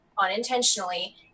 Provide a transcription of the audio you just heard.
unintentionally